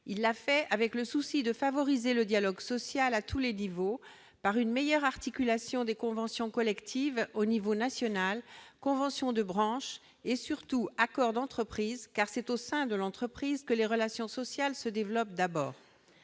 Il l'a fait avec le souci de favoriser le dialogue social à tous les niveaux par une meilleure articulation des conventions collectives au niveau national, conventions de branches et, surtout, accords d'entreprise, car c'est au sein de l'entreprise que les relations sociales se développent d'abord.